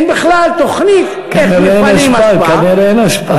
אין בכלל תוכנית, כנראה אין אשפה.